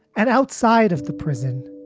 and outside of the prison,